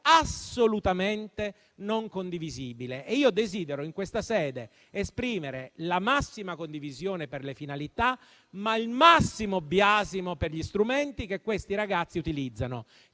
assolutamente non condivisibile. In questa sede, desidero esprimere la massima condivisione delle finalità, ma il massimo biasimo per gli strumenti che questi ragazzi utilizzano.